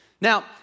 Now